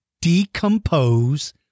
decompose